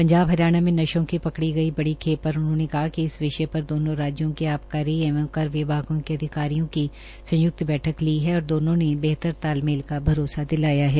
पंजाब हरियाणा में नशों की पकड़ी गई बड़ी खेप पर उन्होंने कहा कि इस विषय पर दोनों राज्यों के आबकारी एवं कर विभाग के अधिकारियों की संय्क्त बैठक ली है और दोनों ने बेहतर तालमेल का भरोसा दिलाया है